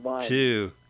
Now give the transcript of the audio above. Two